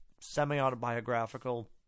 semi-autobiographical